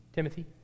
Timothy